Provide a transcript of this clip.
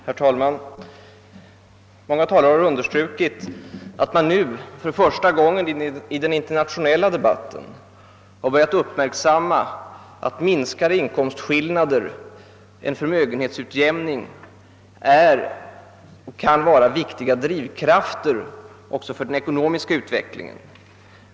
Herr talman! Många talare har understrukit att man nu för första gången i den internationella debatten har börjat uppmärksamma, att minskade inkomstskillnader och förmögenhetsutjämning är viktiga drivkrafter också för den ekonomiska utvecklingen.